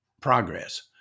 progress